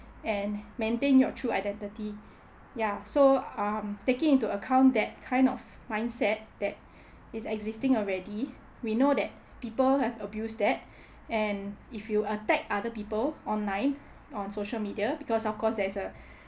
and maintain your true identity ya so um taking into account that kind of mindset that is existing already we know that people have abused that and if you attack other people online on social media because of course there is a